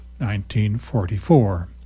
1944